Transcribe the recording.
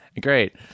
Great